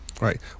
Right